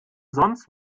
sonst